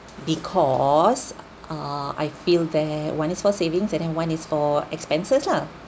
because err I feel that one is for savings and then one is for expenses lah